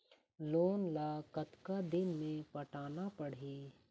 Loan ला कतका दिन मे पटाना पड़ही?